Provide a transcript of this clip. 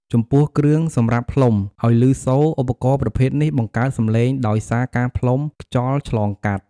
ចំពោះគ្រឿងសម្រាប់ផ្លុំឲ្យព្ញសូរ ឧបករណ៍ប្រភេទនេះបង្កើតសំឡេងដោយសារការផ្លុំខ្យល់ឆ្លងកាត់។